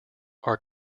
are